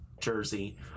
Jersey